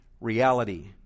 reality